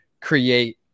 create